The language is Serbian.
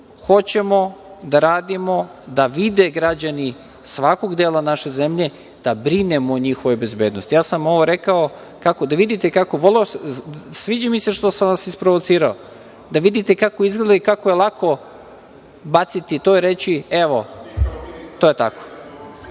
hoćemo da radimo, da vide građani svakog dela naše zemlje da brinemo o njihovoj bezbednosti. Ja sam ovo rekao da vidite kako, sviđa mi se što sam vas isprovocirao, da vidite kako izgleda i kako je lako baciti to i reći – evo, to je